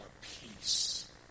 peace